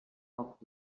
poc